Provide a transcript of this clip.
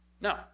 No